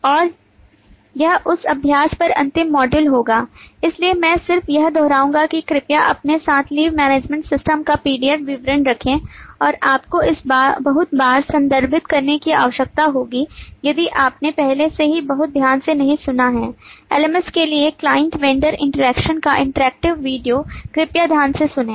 और यह उस अभ्यास पर अंतिम मॉड्यूल होगा इसलिए मैं सिर्फ यह दोहराऊंगा कि कृपया अपने साथ लीव मैनेजमेंट सिस्टम का PDF विवरण रखें आपको इसे बहुत बार संदर्भित करने की आवश्यकता होगी यदि आपने पहले से ही बहुत ध्यान से नहीं सुना है LMS के लिए क्लाइंट वेंडर interaction का इंटरेक्टिव वीडियो कृपया ध्यान से सुनें